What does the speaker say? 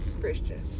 Christian